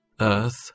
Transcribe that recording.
earth